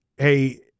hey